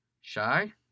Shy